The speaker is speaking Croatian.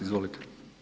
Izvolite.